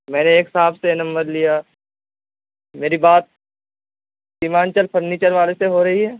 میں نے ایک صاحب سے نمبر لیا میری بات سیمانچل فرنیچر والے سے ہو رہی ہے